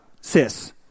sis